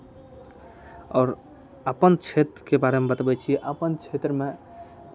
आओर अपन क्षेत्रके बारेमे बतबै छी अपन क्षेत्रमे